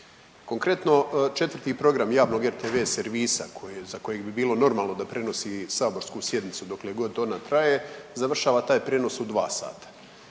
Konkretno 4 program javnog rtv servisa za kojeg bi bilo normalno da prenosi saborsku sjednicu dokle god ona traje završava taj prijenos u 2 sata.